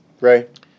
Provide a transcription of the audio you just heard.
right